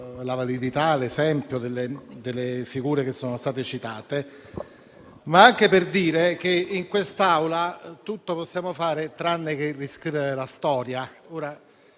la validità e l'esempio delle figure che sono state citate, ma anche per sottolineare che in quest'Aula tutto possiamo fare tranne che riscrivere la storia.